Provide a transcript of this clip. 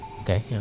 Okay